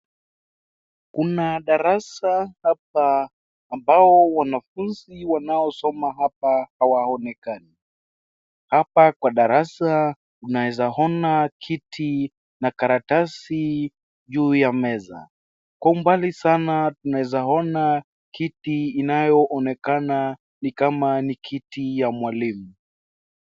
Kuna darasa hapa ambao wanafunzi wanaosoma hapa hawaonekani .Hapa kwa darasa tunaeza ona kiti na karatasi juu ya meza ,kwa umbali sana tunaezaona kiti inayoonekana ni kama kiti ya mwalimu .